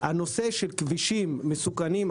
הנושא של כבישים מסוכנים,